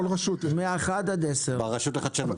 מ-1 עד 10. ברשות לחדשנות?